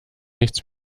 nichts